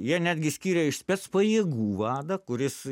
jie netgi skiria iš specpajėgų vadą kuris